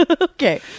Okay